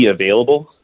available